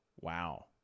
wow